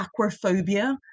aquaphobia